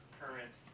current